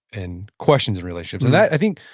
and questions in relationships. that, i think,